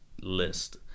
list